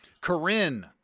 Corinne